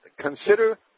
consider